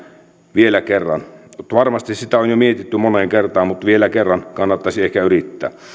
vielä kerran varmasti sitä on jo mietitty moneen kertaan mutta vielä kerran kannattaisi ehkä yrittää